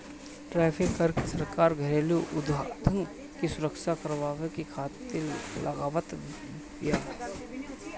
tariff कर सरकार घरेलू उद्योग के सुरक्षा करवावे खातिर लगावत बिया